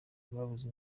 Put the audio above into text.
babuze